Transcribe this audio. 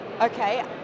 Okay